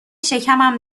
شکمم